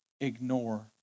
ignore